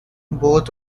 both